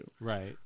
Right